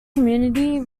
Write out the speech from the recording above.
community